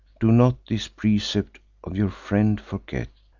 do not this precept of your friend forget,